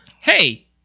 hey